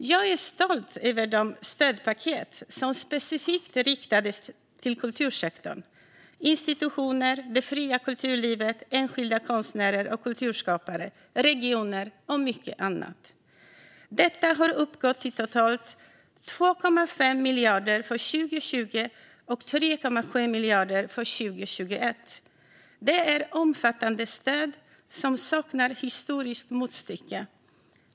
Jag är stolt över de stödpaket som specifikt riktades till kultursektorn, institutioner, det fria kulturlivet, enskilda konstnärer och kulturskapare, regioner och mycket annat. Detta har uppgått till totalt 2,5 miljarder för 2020 och 3,7 miljarder för 2021. Det är omfattande stöd som saknar historiskt motstycke.